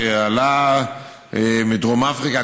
שעלה מדרום אפריקה.